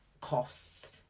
costs